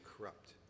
corrupt